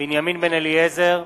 בנימין בן-אליעזר,